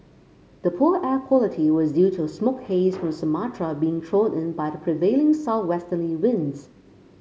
the poor air quality was due to smoke haze from Sumatra being blown in by the prevailing southwesterly winds